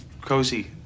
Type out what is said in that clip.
cozy